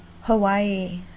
Hawaii